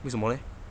为什么 leh